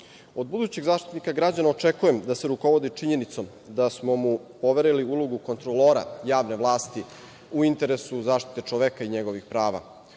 budućeg Zaštitnika građana očekujem da se rukovodi činjenicom da smo mu poverili ulogu kontrolora javne vlasti u interesu zaštite čoveka i njegovih prava,